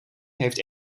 heeft